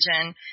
region